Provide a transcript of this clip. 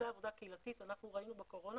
עבודה קהילתית אנחנו ראינו בקורונה